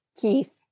Keith